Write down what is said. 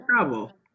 trouble